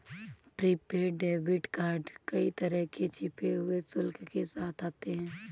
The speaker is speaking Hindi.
प्रीपेड डेबिट कार्ड कई तरह के छिपे हुए शुल्क के साथ आते हैं